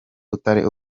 butare